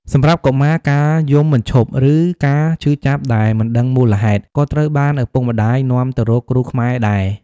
សម្រាប់កុមារ ការយំមិនឈប់ ឬការឈឺចាប់ដែលមិនដឹងមូលហេតុ ក៏ត្រូវបានឪពុកម្តាយនាំទៅរកគ្រូខ្មែរដែរ។